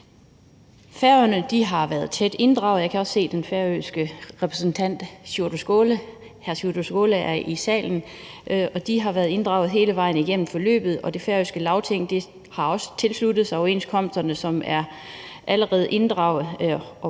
Færøerne har været tæt inddraget, og jeg kan også se, at den færøske repræsentant, hr. Sjúrður Skaale, er i salen. De har været inddraget hele vejen igennem forløbet. Og det færøske Lagting har også tilsluttet sig overenskomsterne, som allerede blev inddraget